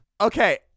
Okay